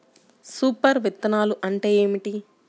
Super విత్తనాలు అంటే ఏమిటి?